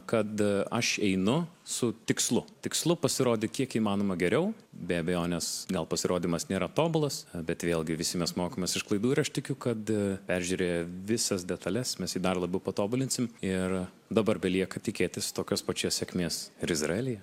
kad aš einu su tikslu tikslu pasirodė kiek įmanoma geriau be abejonės gal pasirodymas nėra tobulas bet vėlgi visi mes mokomės iš klaidų ir aš tikiu kad peržiūrėję visas detales mes jį dar labiau patobulinsim ir dabar belieka tikėtis tokios pačios sėkmės ir izraelyje